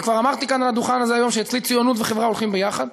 וכבר אמרתי כאן על הדוכן הזה היום שאצלי ציונות וחברה הולכות יחד,